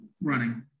running